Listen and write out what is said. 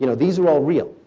you know these are all real.